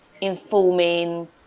informing